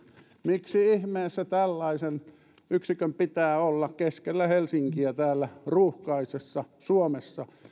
miksi ihmeessä tällaisen yksikön pitää olla keskellä helsinkiä täällä ruuhkaisessa suomessa